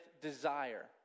desire